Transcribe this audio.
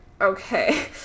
okay